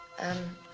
and